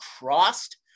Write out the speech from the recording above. crossed